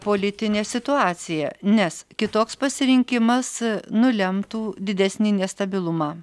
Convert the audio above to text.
politinė situacija nes kitoks pasirinkimas nulemtų didesnį nestabilumą